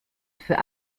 für